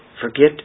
Forget